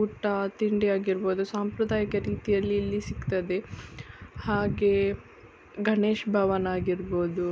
ಊಟ ತಿಂಡಿ ಆಗಿರ್ಬೋದು ಸಾಂಪ್ರದಾಯಿಕ ರೀತಿಯಲ್ಲಿ ಇಲ್ಲಿ ಸಿಗ್ತದೆ ಹಾಗೆ ಗಣೇಶ್ ಭವನ ಆಗಿರ್ಬೋದು